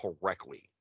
correctly